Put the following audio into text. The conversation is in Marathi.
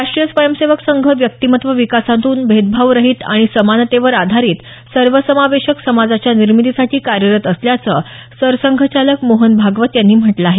राष्टीय स्वयंसेवक संघ व्यक्तिमत्व विकासातून भेदभावरहित आणि समानतेवर आधारित सर्वसमावेशक समाजाच्या निर्मितीसाठी कार्यरत असल्याचं सरसंघचालक मोहन भागवत यांनी म्हटलं आहे